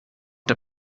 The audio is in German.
der